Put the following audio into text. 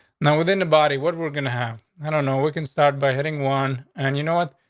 no, within the body. what we're gonna have i don't know. we can start by hitting one. and you know what?